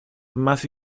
más